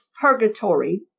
purgatory